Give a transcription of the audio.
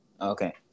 Okay